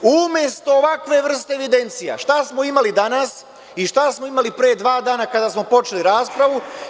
Umesto ovakve vrste evidencija, šta smo imali danas i šta smo imali pre dva dana kada smo počeli raspravu?